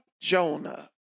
Jonah